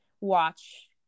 watch